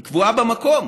היא קבועה במקום,